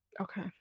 Okay